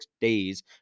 days